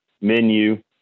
menu